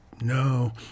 no